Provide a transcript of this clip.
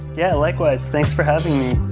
yeah, likewise. thanks for having